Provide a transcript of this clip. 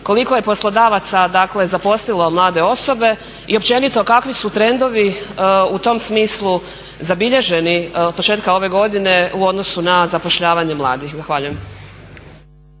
koliko je poslodavaca zaposlilo mlade osobe i općenito kakvi su trendovi u tom smislu zabilježeni od početka ove godine u odnosu na zapošljavanje mladih. Zahvaljujem.